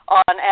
on